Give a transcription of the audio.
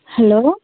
hello